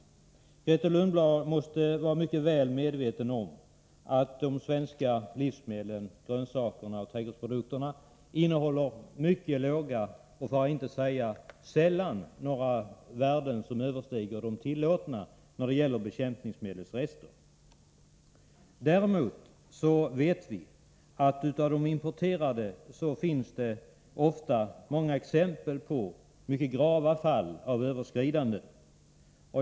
Grethe Lundblad måste vara mycket väl medveten om att de svenska livsmedlen, grönsakerna och trädgårdsprodukterna innehåller mycket låga halter av bekämpningsmedelsrester. Det är mycket sällan värdena överstiger de tillåtna. Däremot vet vi att när det gäller importerade produkter så finns det många exempel på mycket grava fall av överskridanden.